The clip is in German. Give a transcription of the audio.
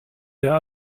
der